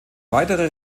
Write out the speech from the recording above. weitere